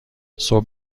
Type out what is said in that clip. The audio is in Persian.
صبح